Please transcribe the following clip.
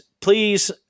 please